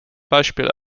beispiele